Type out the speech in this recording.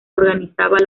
organizaba